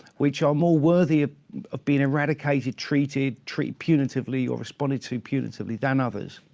which are more worthy ah of being eradicated, treated treated punitively, or responded to punitively than others.